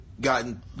gotten